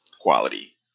quality